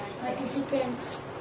Participants